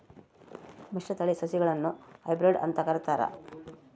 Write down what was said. ಮಿಶ್ರತಳಿ ಸಸಿಗುಳ್ನ ಹೈಬ್ರಿಡ್ ಅಂತ ಕರಿತಾರ